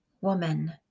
Woman